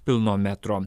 pilno metro